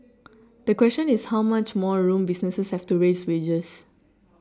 the question is how much more room businesses have to raise wages